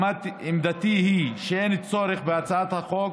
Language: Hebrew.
עמדתי היא שאין צורך בהצעת החוק